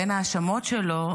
בין ההאשמות שלו,